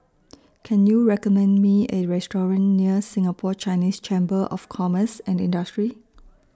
Can YOU recommend Me A Restaurant near Singapore Chinese Chamber of Commerce and Industry